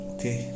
Okay